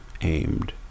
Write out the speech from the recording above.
aimed